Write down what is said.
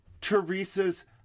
Teresa's